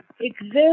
exist